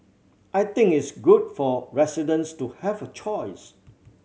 I think it's good for residents to have a choice